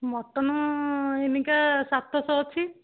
mutton ଏବେ ସାତଶହ ଅଛି